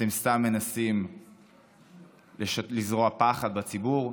אתם סתם מנסים לזרוע פחד בציבור.